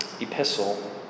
epistle